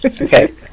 Okay